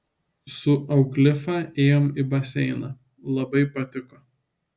su auklifa ėjom į baseiną labai patiko